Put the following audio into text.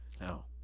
No